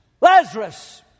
Lazarus